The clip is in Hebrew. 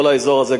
כל האזור הזה,